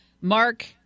mark